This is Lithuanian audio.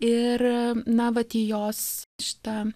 ir na vat į jos šitą